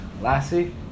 Lassie